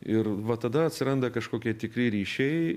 ir va tada atsiranda kažkokie tikri ryšiai